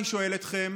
אני שואל אתכם,